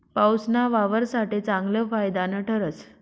पाऊसना वावर साठे चांगलं फायदानं ठरस